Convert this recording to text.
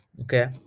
okay